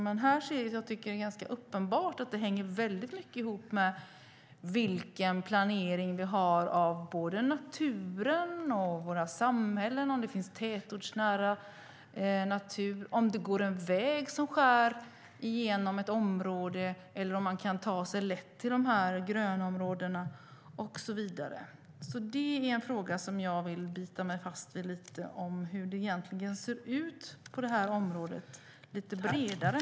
Men här är det uppenbart att det hänger ihop med vilken planering som finns av naturområden, av samhällen, av om det finns tätortsnära nära natur, om det går en väg som skär genom ett område eller om det är lätt att ta sig till grönområden och så vidare. Det är en fråga som jag vill bita mig fast vid: Hur ser det egentligen ut med lite bredare syn på det här området?